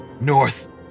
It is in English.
north